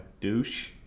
douche